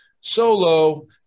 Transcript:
solo